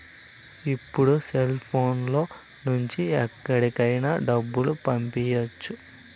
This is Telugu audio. ఇప్పుడు సెల్ఫోన్ లో నుంచి ఎక్కడికైనా డబ్బులు పంపియ్యచ్చు